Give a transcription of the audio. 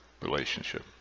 relationship